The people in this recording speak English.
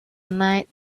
night